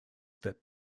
that